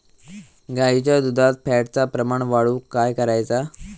गाईच्या दुधात फॅटचा प्रमाण वाढवुक काय करायचा?